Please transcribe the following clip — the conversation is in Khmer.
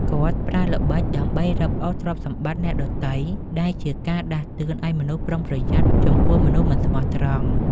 គាត់ប្រើល្បិចដើម្បីរឹបអូសទ្រព្យសម្បត្តិអ្នកដទៃ ដែលជាការដាស់តឿនឱ្យមនុស្សប្រុងប្រយ័ត្នចំពោះមនុស្សមិនស្មោះត្រង់។